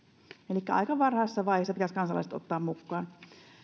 elikkä aika varhaisessa vaiheessa pitäisi kansalaiset ottaa mukaan